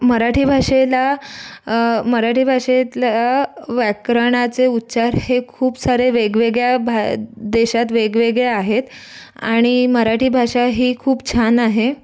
मराठी भाषेला मराठी भाषेतल्या व्याकरणाचे उच्चार हे खूप सारे वेगवेगळ्या भा देशात वेगवेगळे आहेत आणि मराठी भाषा ही खूप छान आहे